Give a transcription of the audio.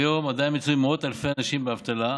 כיום עדיין מצויים מאות אלפי אנשים באבטלה,